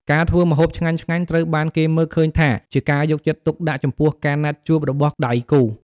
ការធ្វើម្ហូបឆ្ងាញ់ៗ ត្រូវបានគេមើលឃើញថាជាការយកចិត្តទុកដាក់ចំពោះការណាត់ជួបរបស់ដៃគូរ។